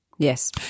Yes